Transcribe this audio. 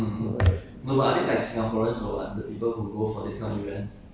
I don't know leh but sometimes I mean sometimes I also go alone to to